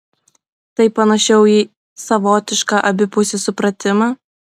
tai panašiau į savotišką abipusį supratimą